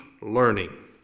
learning